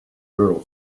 girl